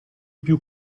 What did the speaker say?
più